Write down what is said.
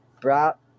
Brought